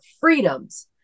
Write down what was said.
freedoms